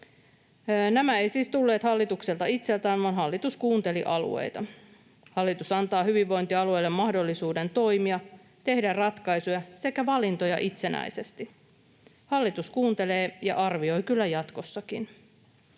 Nämä eivät siis tulleet hallitukselta itseltään, vaan hallitus kuunteli alueita. Hallitus antaa hyvinvointialueille mahdollisuuden toimia, tehdä ratkaisuja sekä valintoja itsenäisesti. Hallitus kuuntelee ja arvioi kyllä jatkossakin.